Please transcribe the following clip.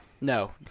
No